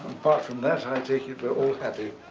apart from that i take it we're all happy.